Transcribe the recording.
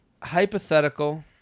hypothetical